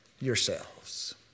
yourselves